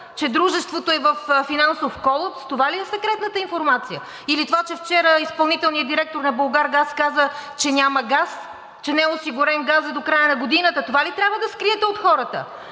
че дружеството е във финансов колапс – това ли е секретната информация?! Или това, че вчера изпълнителният директор на „Булгаргаз“ каза, че няма газ, че не е осигурен газът до края на годината. Това ли трябва да скриете от хората?!